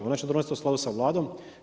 Ona će donositi u skladu sa Vladom.